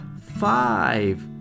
five